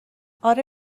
آره